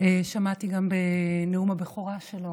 שמעתי גם בנאום הבכורה שלו,